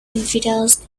infidels